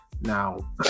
now